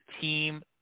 team